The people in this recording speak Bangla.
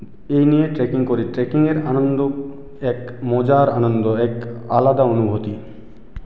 এই নিয়ে ট্রেকিং করি ট্রেকিংয়ের আনন্দ এক মজার আনন্দ এক আলাদা অনুভূতি